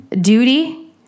duty